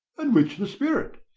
and which the spirit?